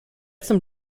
some